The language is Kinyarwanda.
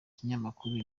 ikinyamakuru